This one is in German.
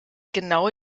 genau